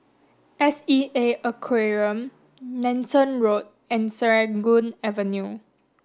S E A Aquarium Nanson Road and Serangoon Avenue